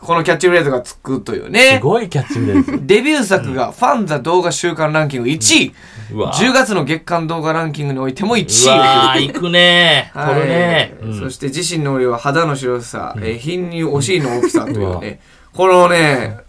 このキャッチフレーズがつくというね。すごいキャッチフレーズ。デビュー作がFANZA動画週間ランキング一位。うん。うわぁ。10月の月間動画ランキングにおいても一位ね。うわぁ、いくね。はい。これね。うん。そして自身の俺は肌の白さ、えー、貧乳お尻の大きさというね。うん。うわぁ。このね、